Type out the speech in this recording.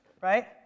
right